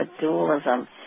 dualism